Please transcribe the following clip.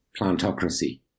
plantocracy